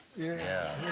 yeah.